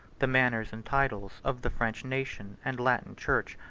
the manners and titles, of the french nation and latin church,